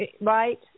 right